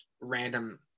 random